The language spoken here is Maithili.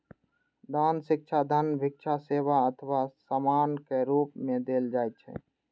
दान शिक्षा, धन, भिक्षा, सेवा अथवा सामानक रूप मे देल जाइ छै